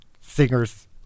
singers